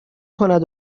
کند